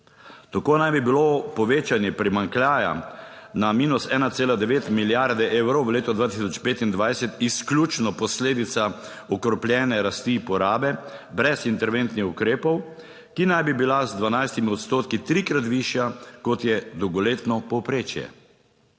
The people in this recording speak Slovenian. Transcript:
Tako naj bi bilo povečanje primanjkljaja na -1,9 milijarde evrov v letu 2025 izključno posledica okrepljene rasti porabe brez interventnih ukrepov, ki naj bi bila z 12 odstotki trikrat višja, kot je dolgoletno povprečje.